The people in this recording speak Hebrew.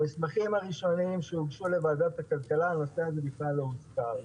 במסמכים הראשוניים שהוגשו לוועדת הכלכלה הנושא הזה בכלל לא הוזכר.